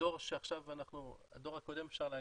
הדור הקודם אפשר להגיד,